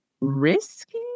risky